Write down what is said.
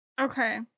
Okay